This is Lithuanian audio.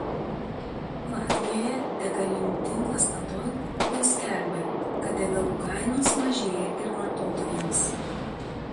latvijoje degalinių tinklas statoil jau skelbia kad degalų kainos mažėja ir vartotojams